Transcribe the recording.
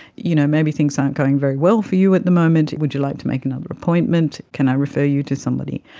you know maybe things aren't going very well for you at the moment, would you like to make another appointment, can i refer you to somebody?